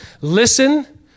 listen